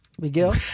Miguel